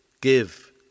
give